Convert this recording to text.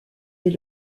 mais